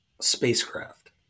spacecraft